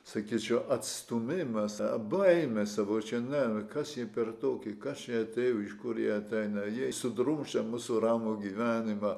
sakyčiau atstūmimas baimė sakau čia ne kas jie per tokį kas čia atėjo iš kur jie ateina jie sudrumsčia mūsų ramų gyvenimą